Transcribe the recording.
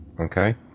Okay